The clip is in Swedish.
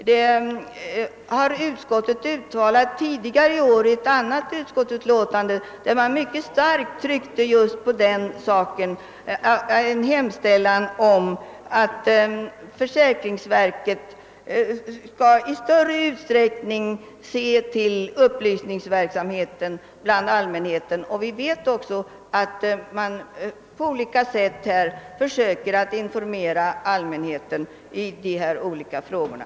Det har utskottet uttalat tidigare i år i ett annat utlåtande, där utskottet mycket starkt tryckte på en hemställan om att försäkringsverket i större utsträckning skall se till att det bedrivs upplysningsverksamhet bland allmänheten. Vi vet också att man på olika sätt försöker att informera alimänheten i de här olika frågorna.